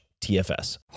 TFS